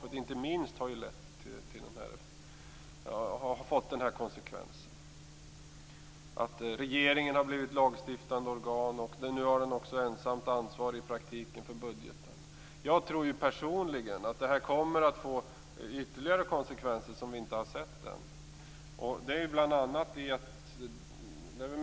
Inte minst har EU-medlemskapet fått den konsekvensen. Regeringen har blivit lagstiftande organ och har nu i praktiken ensamt ansvar för budgeten. Jag tror personligen att detta kommer att få ytterligare konsekvenser som vi inte har fått se än.